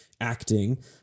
acting